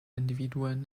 individuen